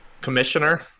commissioner